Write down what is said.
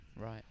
Right